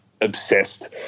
obsessed